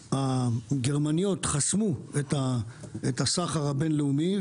הגרמניות חסמו את הסחר הבין לאומי,